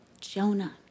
Jonah